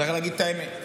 צריך להגיד את האמת,